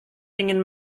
ingin